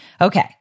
Okay